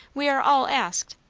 we are all asked.